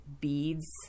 beads